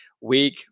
week